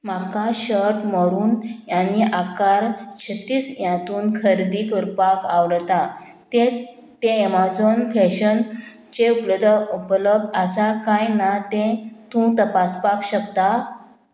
म्हाका shirt maroon आनी आकार छत्तीस ह्यांतून खरेदी करपाक आवडटा तें तें एमजॉन फॅशन चे उपलध उपलब्ध आसा काय ना तें तूं तपासपाक शकता